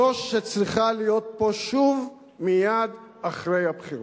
זו שצריכה להיות פה שוב מייד אחרי הבחירות.